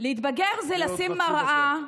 להתבגר זה לשים מראה.